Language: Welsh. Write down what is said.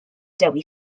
dewi